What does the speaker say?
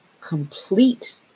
complete